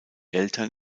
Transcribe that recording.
eltern